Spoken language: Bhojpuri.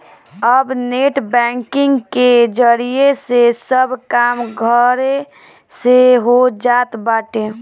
अब नेट बैंकिंग के जरिया से सब काम घरे से हो जात बाटे